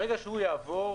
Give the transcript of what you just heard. ברגע שהוא יעבור,